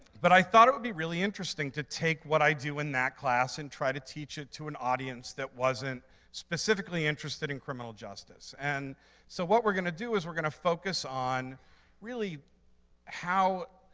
but i thought it would be really interesting to take what i do in that class and try to teach it to an audience that wasn't specifically interested in criminal justice. and so what we're going to do is we're going to focus on really how,